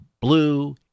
blue